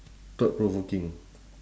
thought provoking